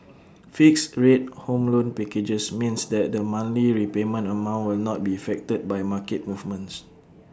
fixed rate home loan packages means that the monthly repayment amount will not be affected by market movements